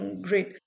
Great